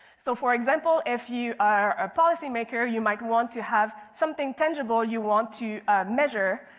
so for example, if you are a policymaker, you might want to have something tangible you want to measure.